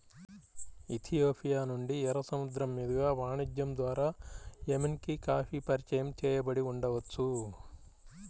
Ethiopia నుండి, ఎర్ర సముద్రం మీదుగా వాణిజ్యం ద్వారా ఎమెన్కి కాఫీ పరిచయం చేయబడి ఉండవచ్చు